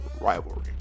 rivalry